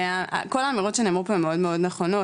כל האמירות שנאמרו פה הן מאוד מאוד נכונות,